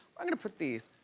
i'm gonna put these,